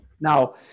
Now